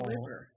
River